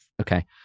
Okay